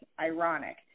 Ironic